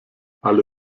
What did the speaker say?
alle